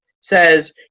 says